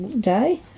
day